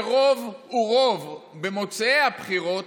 שרוב הוא רוב במוצאי הבחירות,